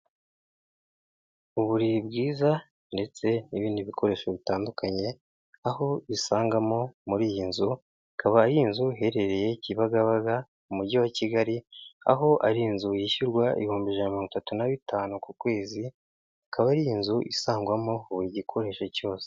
Uburiri bwiza ndetse n'ibindi bikoresho bitandukanye aho usangamo muri iyi nzu, ikaba ari inzu iherereye Kibagabaga mu mujyi wa Kigali, aho ari inzu yishyurwa ibihumbi ijana na mirongo itatu na bitanu ku kwezi, ikaba ari inzu isangwamo buri gikoresho cyose.